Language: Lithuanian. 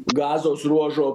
gazos ruožo